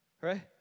Right